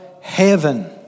heaven